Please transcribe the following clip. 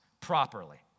properly